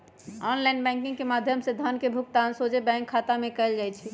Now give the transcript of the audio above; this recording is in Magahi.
ऑनलाइन बैंकिंग के माध्यम से धन के भुगतान सोझे बैंक खता में कएल जाइ छइ